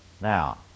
now